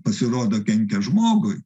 pasirodo kenkia žmogui